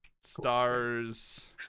stars